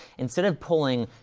instead of polling,